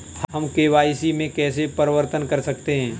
हम के.वाई.सी में कैसे परिवर्तन कर सकते हैं?